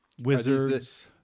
wizards